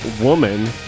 woman